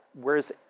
Whereas